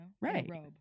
Right